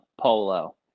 polo